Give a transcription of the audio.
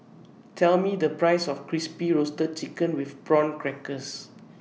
Tell Me The Price of Crispy Roasted Chicken with Prawn Crackers